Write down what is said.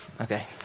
Okay